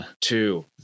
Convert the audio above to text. Two